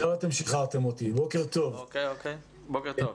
בוקר טוב.